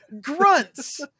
grunts